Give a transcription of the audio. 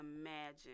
imagine